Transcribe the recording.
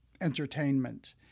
entertainment